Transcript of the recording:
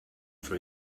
for